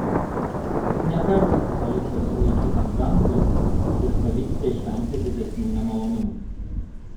ne kartą policijos sulaikytam damkui vis pavyksta išvengti didesnių nemalonumų